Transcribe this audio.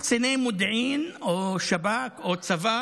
קציני מודיעין או שב"כ או צבא